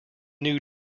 new